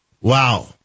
Wow